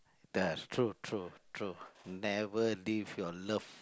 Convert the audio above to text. that's true true true never leave your love